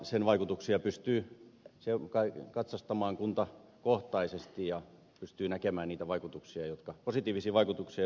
sen vaikutuksia pystyy kai katsastamaan kuntakohtaisesti ja pystyy näkemään niitä positiivisia vaikutuksia joita se kuntakenttään on tehnyt